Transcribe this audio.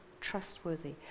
trustworthy